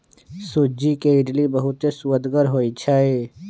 सूज्ज़ी के इडली बहुत सुअदगर होइ छइ